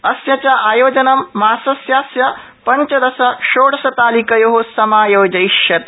यस्य च आयोजनं मासस्यास्य पञ्चदश षोडशतालिकयो समायोजयिष्यते